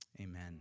Amen